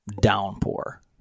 downpour